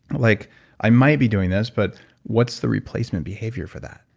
like i might be doing this, but what's the replacement behavior for that?